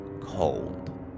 cold